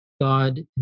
God